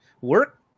work